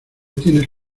tienes